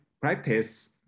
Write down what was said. practice